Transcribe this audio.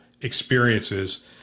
experiences